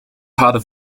hadden